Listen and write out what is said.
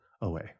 away